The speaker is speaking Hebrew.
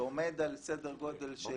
שעמד על סדר גודל של